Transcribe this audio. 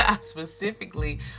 specifically